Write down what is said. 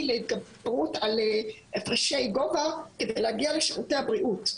להתגברות על הפרשי גובה כדי להגיע לשירותי הבריאות.